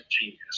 genius